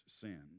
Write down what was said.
sin